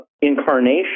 incarnation